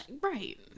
right